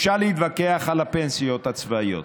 אפשר להתווכח על הפנסיות הצבאיות,